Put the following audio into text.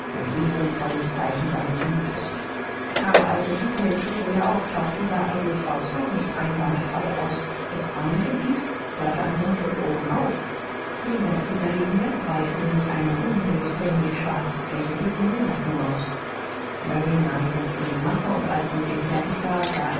ein ehrenvolles zeichen seines mutes aber als er hinter dem tuche wieder auftauchte sah er durchaus noch nicht einwandfrei aus das reine gebiet hörte an mund und ohren auf jenseits dieser linie breitete sich eine undurchdringlich schwarze fläche bis in den nacken aus mary nahm ihn jetzt in die mache und als sie mit ihm fertig war sah